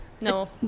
no